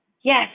Yes